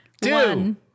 Two